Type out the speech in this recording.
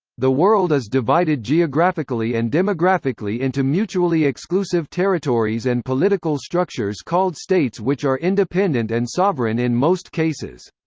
the world is divided geographically and demographically into mutually exclusive territories and political structures called states which are independent and sovereign in most cases.